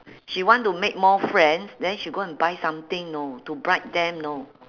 she want to make more friends then she go and buy something know to bribe them know